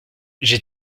j’ai